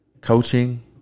coaching